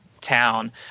town